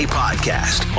podcast